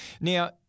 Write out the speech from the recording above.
Now